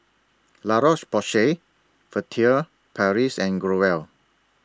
La Roche Porsay Furtere Paris and Growell